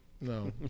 no